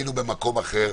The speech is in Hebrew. היינו במקום אחר,